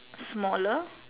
smaller